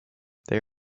they